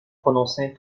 prononcer